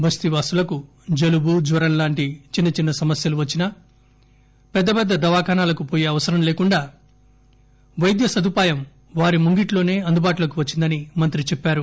బస్తి వాసులకు జలుటు జ్వరం లాంటి చిన్న చిన్న సమస్యలు వచ్చిన పెద్ద పెద్ద దవాఖానకు పోయే అవసరం లేకుండా వైద్య సదుపాయం వారి ముంగిటిలోనే అందుబాటులోకి వచ్చిందని అన్నారు